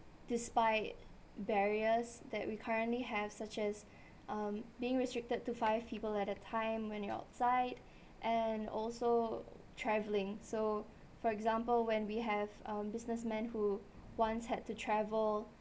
despite barriers that we currently have such as um being restricted to five people at a time when you're outside and also travelling so for example when we have um businessman who once had to travel